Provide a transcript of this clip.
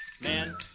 Man